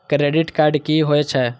Credit card की होय छै?